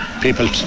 people